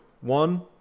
One